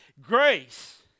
Grace